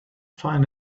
find